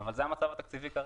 אבל זה המצב התקציבי כרגע.